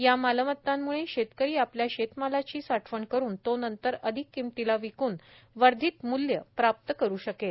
या मालमतांम्ळे शेतकरी आपल्या शेतमालाची साठवण करून तो नंतर अधिक किंमतीला विकून वर्धित मूल्य प्राप्त करू शकेल